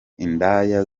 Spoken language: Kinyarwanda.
indaya